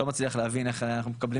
אני לא מצליח להבין איך אנחנו מקבלים